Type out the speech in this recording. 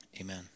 amen